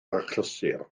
achlysur